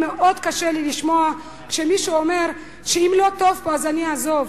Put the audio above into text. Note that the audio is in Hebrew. מאוד קשה לי לשמוע כשמישהו אומר: אם לא טוב פה אז אני אעזוב.